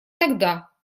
тогда